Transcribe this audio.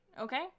okay